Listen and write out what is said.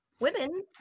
women